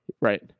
Right